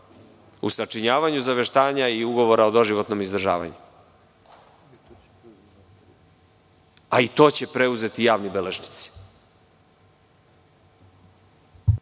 u sačinjavanju zaveštanja i ugovora o doživotnom izdržavanju, a i to će preuzeti javni beležnici.